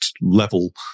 level